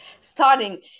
starting